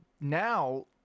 now